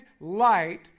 light